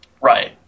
Right